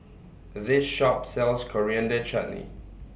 This Shop sells Coriander Chutney